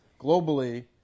globally